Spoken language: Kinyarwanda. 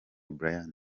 bryan